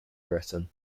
britain